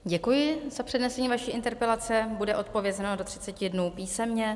Děkuji se přednesení vaší interpelace, bude odpovězeno do 30 dnů písemně.